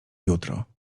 jutro